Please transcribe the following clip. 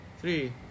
Three